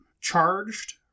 charged